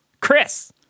Chris